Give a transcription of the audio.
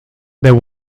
there